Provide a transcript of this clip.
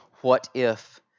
what-if